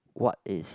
what is